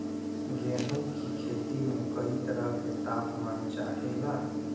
गेहू की खेती में कयी तरह के ताप मान चाहे ला